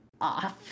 off